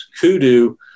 Kudu